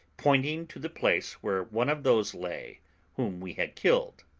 pointing to the place where one of those lay whom we had killed.